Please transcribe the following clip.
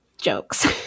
jokes